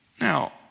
Now